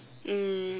um